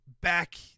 back